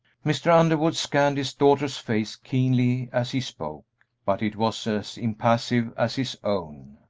mr. underwood scanned his daughter's face keenly as he spoke, but it was as impassive as his own.